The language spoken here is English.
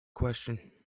question